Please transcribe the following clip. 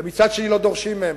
ומצד אחר לא דורשים מהם.